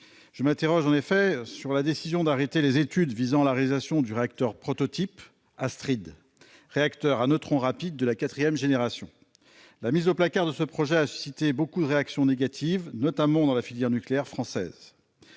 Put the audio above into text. Je m'interroge sur la décision d'arrêter les études préalables à la réalisation du prototype Astrid, réacteur à neutrons rapides de quatrième génération. La mise au placard de ce projet a en effet suscité beaucoup de réactions négatives, notamment au sein de la filière nucléaire française.